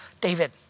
David